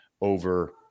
over